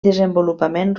desenvolupament